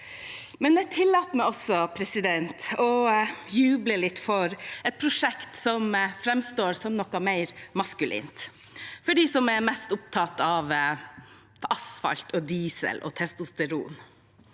Jeg tillater meg også å juble litt for et prosjekt som framstår som noe mer maskulint, for de som er mest opptatt av asfalt, diesel og testosteron.